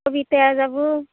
সবিতা যাব